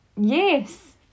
Yes